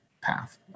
path